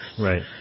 right